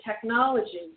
technology